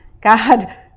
God